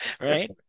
right